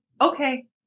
okay